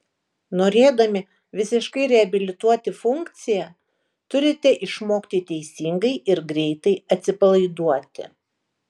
norėdami visiškai reabilituoti funkciją turite išmokti teisingai ir greitai atsipalaiduoti